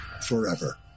forever